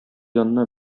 янына